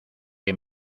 que